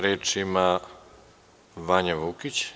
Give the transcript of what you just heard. Reč ima Vanja Vukić.